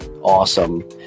awesome